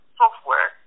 software